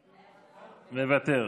מוותר,